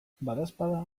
badaezpada